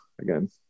again